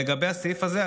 לגבי הסעיף הזה,